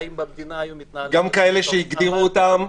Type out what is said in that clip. החיים במדינה היו --- גם כאלו שהגדירו אותם,